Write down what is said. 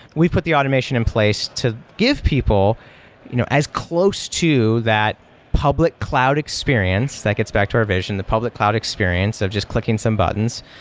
we've put the automation in place to give people you know as close to that public cloud experience, that gets back to our vision, the public cloud experience of just clicking some buttons,